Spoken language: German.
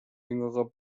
jüngerer